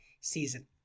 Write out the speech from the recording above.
season